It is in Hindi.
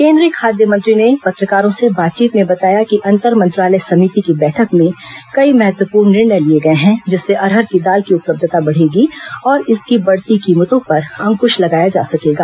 केंद्रीय खाद्य मंत्री ने पत्रकारों से बातचीत में बताया कि अन्तर मंत्रालय समिति की बैठक में कई महत्वपूर्ण निर्णय लिए गए हैं जिससे अरहर की दाल की उपलब्धता बढ़ेगी और इसके बढ़ती कीमतों पर अंकृश लगाया जा सकेगा